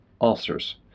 ulcers